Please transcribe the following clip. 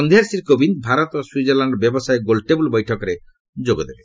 ସନ୍ଧ୍ୟାରେ ଶ୍ରୀ କୋବିନ୍ଦ ଭାରତ ସ୍ୱିଜରଲାଣ୍ଡ ବ୍ୟବସାୟ ଗୋଲଟେବୁଲ୍ ବୈଠକରେ ଯୋଗ ଦେବେ